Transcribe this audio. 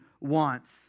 wants